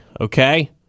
okay